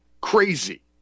crazy